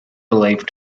believed